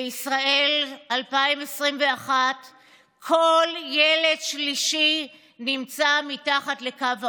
בישראל 2021 כל ילד שלישי נמצא מתחת לקו העוני,